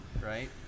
right